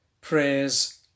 prayers